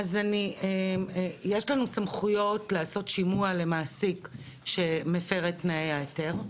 אז יש לנו סמכויות לעשות שימוע למעסיק שמפר את תנאי ההיתר,